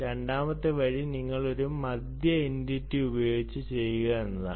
രണ്ടാമത്തെ വഴി നിങ്ങൾ ഒരു മധ്യ എന്റിറ്റി ഉപയോഗിച്ച് ചെയ്യുക എന്നതാണ്